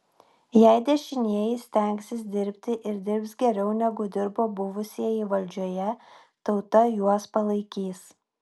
jei dešinieji stengsis dirbti ir dirbs geriau negu dirbo buvusieji valdžioje tauta juos palaikys